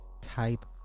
Type